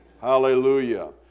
Hallelujah